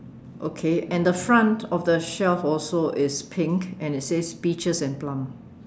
okay and the front of the shelves also is pink and it says peaches and plum